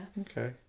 Okay